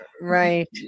Right